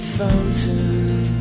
fountain